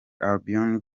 albion